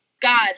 God